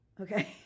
okay